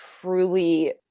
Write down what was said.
truly